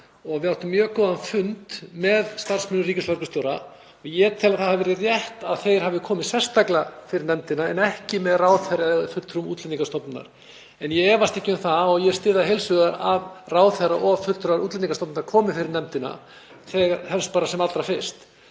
Við áttum mjög góðan fund með starfsmönnum ríkislögreglustjóra og ég tel að það hafi verið rétt að þeir hafi komið sérstaklega fyrir nefndina en ekki með ráðherra eða fulltrúum Útlendingastofnunar. En ég efast ekki um það og ég styð það heils hugar að ráðherra og fulltrúar Útlendingastofnunar komi fyrir nefndina, helst bara sem allra fyrst.